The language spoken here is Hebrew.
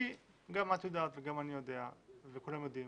כי גם את יודעת וגם אני יודע וכולם יודעים